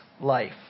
life